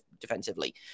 defensively